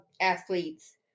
athletes